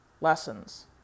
lessons